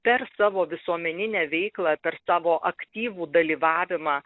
per savo visuomeninę veiklą per savo aktyvų dalyvavimą